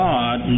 God